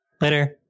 Later